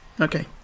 Okay